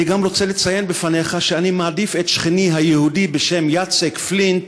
אני גם רוצה לציין בפניך שאני מעדיף את שכני היהודי ששמו יאצק פלינט,